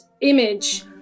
image